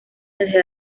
desde